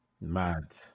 mad